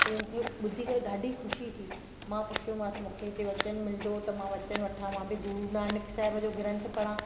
ॿियो मूंखे ॿुधी करे ॾाढी ख़ुशी थी मां पुछियोमांस मूंखे हिते वचनि मिलंदो त मां वचनि वठां मां बि गुरुनानक साहिब जो ग्रंथ पढ़ां